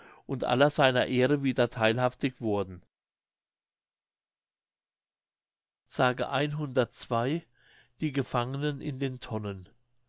und aller seiner ehre wieder theilhaftig worden die gefangenen in den tonnen